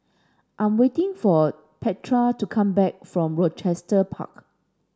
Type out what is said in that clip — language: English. I'm waiting for Petra to come back from Rochester Park